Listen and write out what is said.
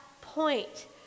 point